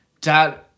Dad